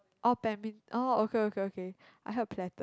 orh badmin~ orh okay okay okay I heard